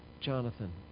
Jonathan